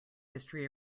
history